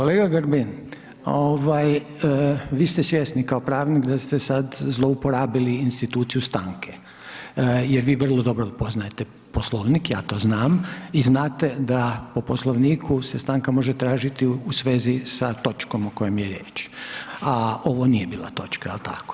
Kolega Grbin, vi ste svjesni kao pravnik da ste sad zlouporabili instituciju stanke jer vi vrlo dobro poznajete Poslovnik, ja to znam i znate da po Poslovniku se stanka može tražiti u svezi sa točkom o kojoj je riječ, a ovo nije bila točka, jel tako?